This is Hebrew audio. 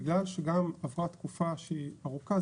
בגלל שגם עברה תקופה שהיא ארוכה,